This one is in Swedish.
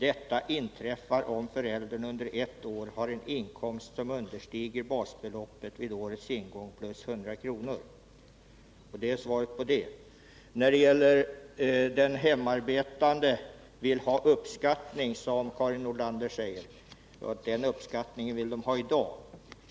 Detta inträffar om föräldern under ett år har en inkomst som understiger basbeloppet vid årets ingång plus 100 kr.” Det är mitt svar till Doris Håvik. De hemarbetande vill ha uppskattning, och det i dag, säger Karin Nordlander.